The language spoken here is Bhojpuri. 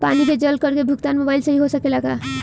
पानी के जल कर के भुगतान मोबाइल से हो सकेला का?